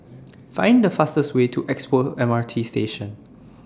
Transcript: Find The fastest Way to Expo M R T Station